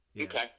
Okay